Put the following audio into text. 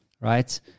right